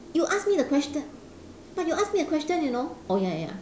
you asked me the question but you ask me the question you know oh ya ya